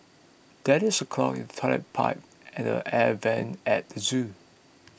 there is a clog in the Toilet Pipe and the Air Vents at the zoo